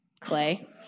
Clay